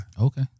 Okay